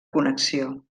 connexió